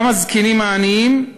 אותם הזקנים העניים,